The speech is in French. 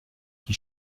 qui